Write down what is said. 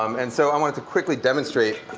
um and so i want to quickly demonstrate